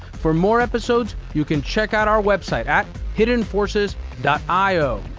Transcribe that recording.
for more episodes you can check out our website at hiddenforces io.